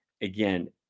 Again